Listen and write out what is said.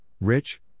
Rich